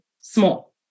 small